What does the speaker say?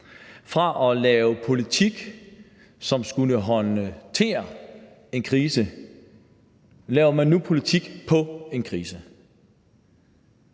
Fra at lave politik, som skulle håndtere en krise, laver man nu politik på en krise.